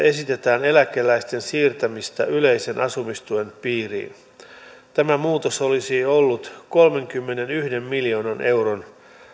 esitetään eläkeläisten siirtämistä yleisen asumistuen piiriin tällä muutoksella olisi ollut kolmenkymmenenyhden miljoonan euron